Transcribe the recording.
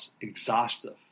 exhaustive